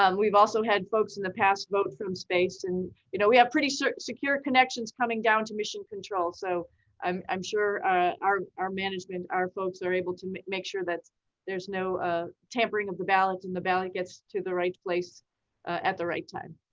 um we've also had folks in the past vote from space and you know we have pretty secure connections coming down to mission control. so i'm i'm sure our our management, our folks are able to make make sure that there's no ah tampering of the ballot and the ballot gets to the right place at the right time.